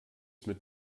mit